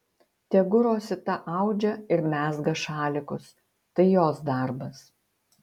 tegu rosita audžia ir mezga šalikus tai jos darbas